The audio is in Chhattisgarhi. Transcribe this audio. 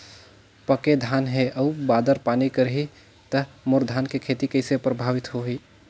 पके धान हे अउ बादर पानी करही त मोर धान के खेती कइसे प्रभावित होही?